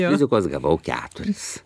fizikos gavau keturis